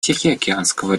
тихоокеанского